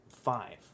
five